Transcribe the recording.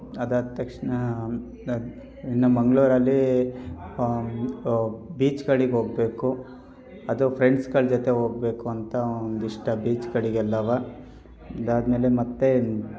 ಅದಾದ ತಕ್ಷಣ ಇನ್ನು ಮಂಗಳೂರಲ್ಲಿ ಬೀಚ್ ಕಡಿಗೆ ಹೋಗ್ಬೇಕು ಅದು ಫ್ರೆಂಡ್ಸ್ಗಳ ಜೊತೆ ಹೋಗ್ಬೇಕು ಅಂತ ಒಂದಿಷ್ಟು ಬೀಚ್ ಕಡಿಗೆ ಎಲ್ಲವೂ ಅದಾದ ಮೇಲೆ ಮತ್ತು